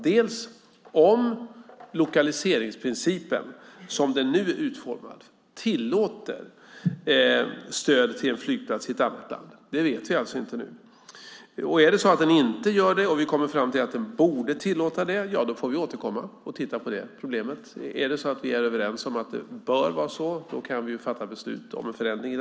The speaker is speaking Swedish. Den första är om lokaliseringsprincipen som den nu är utformad tillåter stöd till en flygplats i ett annat land. Det vet vi inte nu. Om den inte gör det och vi kommer fram till att den borde göra det får vi återkomma och se på det problemet. Om vi är överens kan vi ju då i denna kammare fatta beslut om en förändring.